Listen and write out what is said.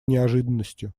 неожиданностью